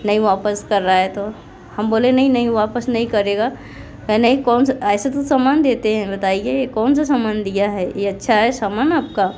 नहीं वापस कर रहा है तो हम बोले नहीं नहीं वापस नहीं करेगा नहीं ऐसे तो सामान देते हैं बताइए कौन सा सामान दिया है ये अच्छा है सामान आपका